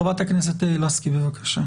חברת הכנסת לסקי, בבקשה.